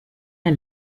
der